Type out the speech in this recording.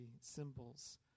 symbols